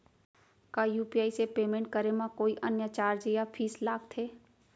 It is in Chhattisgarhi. का यू.पी.आई से पेमेंट करे म कोई अन्य चार्ज या फीस लागथे?